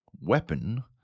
weapon